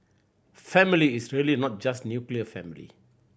family is really not just nuclear family